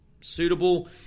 suitable